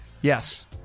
Yes